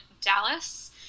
Dallas